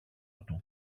του